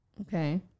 Okay